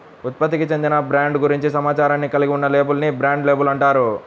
ఉత్పత్తికి చెందిన బ్రాండ్ గురించి సమాచారాన్ని కలిగి ఉన్న లేబుల్ ని బ్రాండ్ లేబుల్ అంటారు